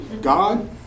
God